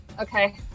okay